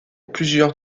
plusieurs